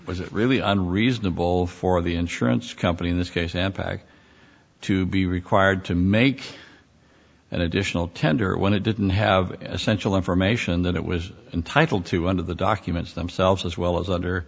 was it really unreasonable for the insurance company in this case and pack to be required to make an additional tender when it didn't have essential information that it was entitled to one of the documents themselves as well as under